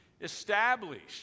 Established